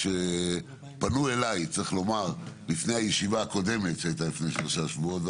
פנו אליי לפני הישיבה הקודמת שהייתה לפני שלושה שבועות,